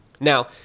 Now